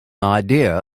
idea